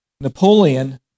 Napoleon